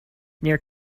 near